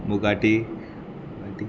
मुगगाटी